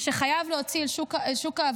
שחייבים להוציא אל שוק העבודה,